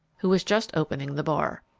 who was just opening the bar.